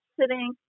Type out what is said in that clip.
sitting